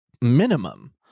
minimum